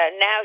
Now